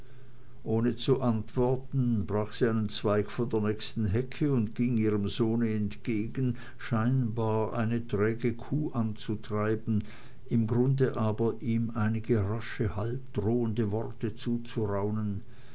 ohne zu antworten brach sie einen zweig von der nächsten hecke und ging ihrem sohne entgegen scheinbar eine träge kuh anzutreiben im grunde aber ihm einige rasche halbdrohende worte zuzuraunen